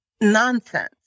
nonsense